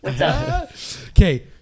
Okay